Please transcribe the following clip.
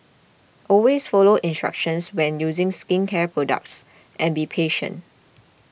always follow instructions when using skincare products and be patient